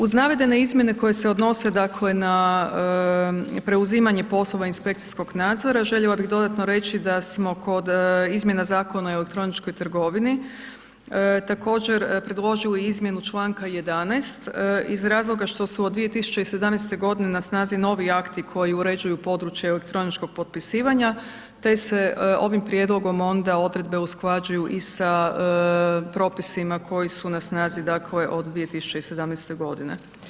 Uz navedene izmjene koje se odnose dakle na preuzimanje poslova inspekcijskog nadzora željela bih dodatno reći da smo kod izmjena Zakona o elektroničkoj trgovini također predložili izmjenu članka 11. iz razloga što su od 2017. godine na snazi novi akti koji uređuju područje elektroničkog potpisivanja te se ovim prijedlogom onda odredbe usklađuju i sa propisima koji su na snazi dakle od 2017. godine.